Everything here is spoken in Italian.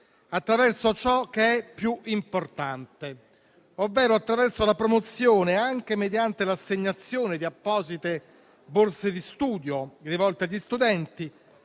attraverso ciò che è più importante, ovvero attraverso la promozione, anche mediante l'assegnazione di apposite borse di studio rivolte agli studenti,